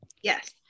Yes